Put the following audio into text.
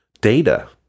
data